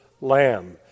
lamb